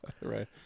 right